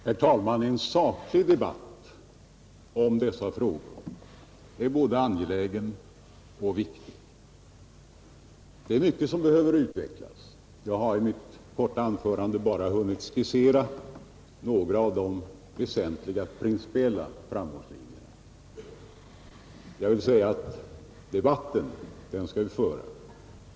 Herr talman! En saklig debatt om företagshälsovården är både angelägen och viktig. Det är många synpunkter som behöver utvecklas — jag har i mitt korta anförande bara hunnit skissera några av de väsentliga principiella framgångslinjerna, Den debatten skall vi alltså föra.